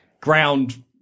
ground